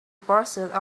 pursuit